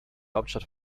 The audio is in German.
hauptstadt